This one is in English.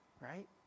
Right